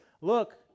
look